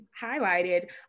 highlighted